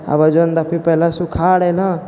आबऽ जोन दखबै पहिले सुखार रहै ने